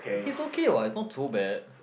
he's okay what is not too bad